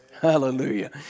Hallelujah